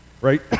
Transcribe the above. right